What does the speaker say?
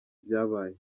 ibyabaye